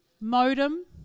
modem